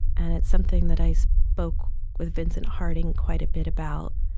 and it's something that i so spoke with vincent harding quite a bit about.